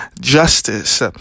Justice